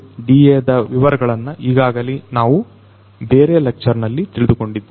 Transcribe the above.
SCADAದ ವಿವರಗಳನ್ನು ಈಗಾಗಲೇ ನಾವು ಬೇರೆ ಲೆಕ್ಚರ್ ನಲ್ಲಿ ತಿಳಿದುಕೊಂಡಿದ್ದೇವೆ